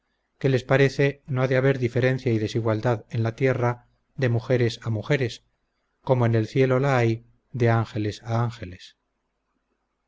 que les parece no ha de haber diferencia y desigualdad en la tierra de mujeres a mujeres como en el cielo la hay de ángeles a ángeles